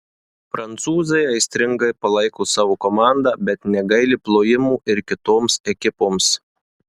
prancūzai aistringai palaiko savo komandą bet negaili plojimų ir kitoms ekipoms